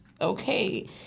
okay